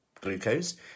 glucose